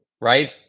right